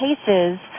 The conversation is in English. cases